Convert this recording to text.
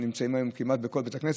שנמצאים היום כמעט בכל בית כנסת,